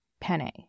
penne